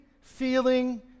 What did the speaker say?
feeling